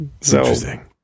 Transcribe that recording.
Interesting